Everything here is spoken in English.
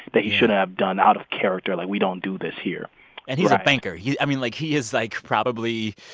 that he shouldn't have done, out of character. like, we don't do this here. right and he's a banker yeah i mean, like, he is, like, probably,